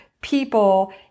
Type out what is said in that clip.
people